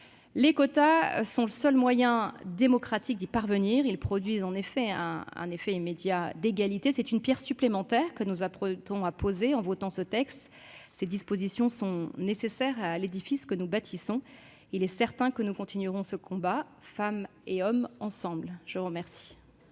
Les quotas sont le seul moyen démocratique d'y parvenir, car ils produisent un effet immédiat d'égalité. C'est une pierre supplémentaire que nous nous apprêtons à poser en votant ce texte : de telles dispositions sont nécessaires à l'édifice que nous bâtissons et il est certain que nous continuerons ce combat, femmes et hommes, ensemble ! Très bien